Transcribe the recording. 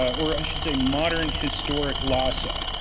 or i should say modern historic lhasa.